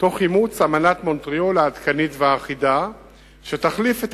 תוך אימוץ אמנת מונטריאול העדכנית והאחידה שתחליף את